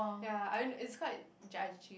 ya I mean it's quite judgy